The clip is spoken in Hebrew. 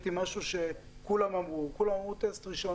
אני אשאל אותך: אתה רוצה לחזור למצב הישן?